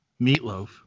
Meatloaf